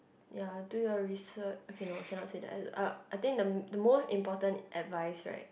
ya do your research okay no cannot say that uh I think the the most important advice right